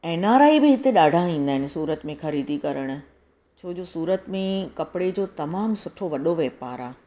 N R I बि हिते ॾाढा ईंदा आहिनि सूरत में ख़रीदी करणु छो जो सूरत में कपिड़े जो तमामु सुठो वॾो वापारु आहे